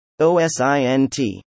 OSINT